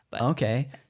okay